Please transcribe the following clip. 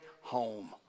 home